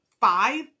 five